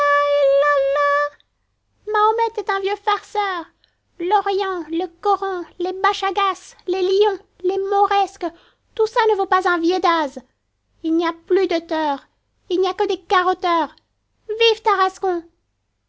mahomet est un vieux farceur l'orient le coran les bachagas les lions les mauresques tout ça ne vaut pas un viédaze il n'y a plus de teurs il n'y a que des carotteurs vive tarascon